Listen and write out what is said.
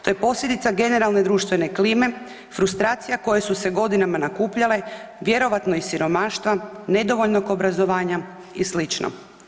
To je posljedica generalne društvene klime, frustracija koje su se godinama nakupljale, vjerojatno i siromaštva, nedovoljnog obrazovanja i sl.